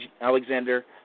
Alexander